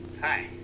Hi